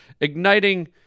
igniting